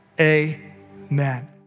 Amen